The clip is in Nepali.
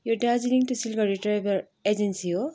यो Darjeeling to Siliguri travel agency हो